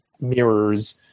mirrors